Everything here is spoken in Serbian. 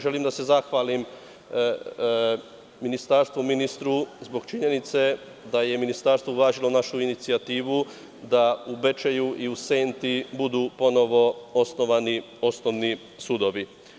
Želim da se zahvalim ministarstvu i ministru zbog činjenice da je ministarstvo uvažilo našu inicijativu da u Bečeju i Senti budu ponovo osnovani osnovni sudovi.